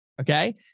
Okay